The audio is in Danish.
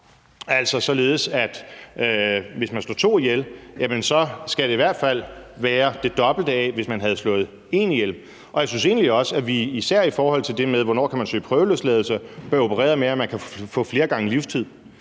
altså således at det, hvis man slår to ihjel, så i hvert fald skal være det dobbelte af, hvis man havde slået en ihjel. Og jeg synes egentlig også, at vi især i forhold til det med, hvornår man kan søge prøveløsladelse, bør operere med, at man kan få flere gange livstid.